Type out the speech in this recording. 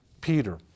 Peter